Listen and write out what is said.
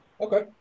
Okay